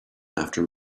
after